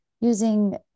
using